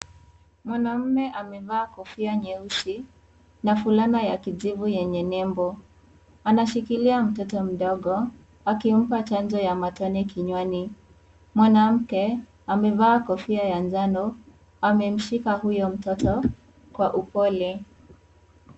Mwanaume amevaa kofia nyeusi na fulana ya kijivu yenye nembo, anashikilia mtoto mdogo akimpa chanjo ya matone kinywani, mwanamke amevaa kofia ya njano amemshika huyo mtoto kwa upole.